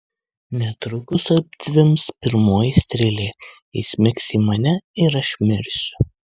netrukus atzvimbs pirmoji strėlė įsmigs į mane ir aš mirsiu